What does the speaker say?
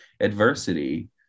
adversity